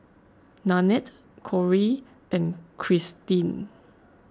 Nanette Corey and Cristine